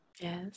Yes